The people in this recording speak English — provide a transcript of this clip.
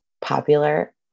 popular